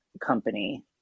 company